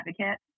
advocate